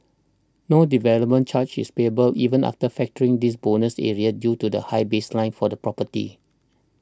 no development charge is payable even after factoring this bonus area due to the high baseline for the property